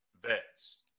vets